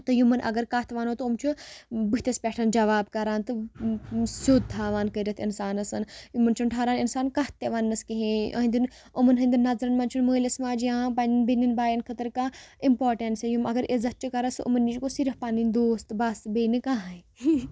تہٕ یِمَن اگر کَتھ وَنو تہٕ یِم چھِ بٕتھِس پٮ۪ٹھ جواب کَران تہٕ سیوٚد تھاوان کٔرِتھ اِنسانَس یِمَن چھُنہٕ ٹھاران اِنسان کَتھ تہِ وَںنَس کِہیٖنۍ یہنٛدٮ۪ن یِمَن ہِنٛدٮ۪ن نظرَن منٛز چھُنہٕ مٲلِس ماجہِ یا پںٛنٮ۪ن بیٚنٮ۪ن بایَن خٲطرٕ کانٛہہ اِمپاٹنسٕے یِم اگر عزت چھِ کَران سُہ یِمَن نِش گوٚژھ پَنٕنۍ دوس تہٕ بَس بیٚیہِ نہٕ کانٛہہ ہَے